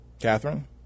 Catherine